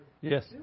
Yes